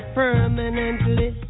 permanently